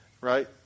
right